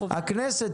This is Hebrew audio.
הכנסת,